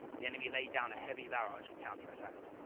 the enemy laid down a heavy barrage and counter-attacked.